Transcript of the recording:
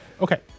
Okay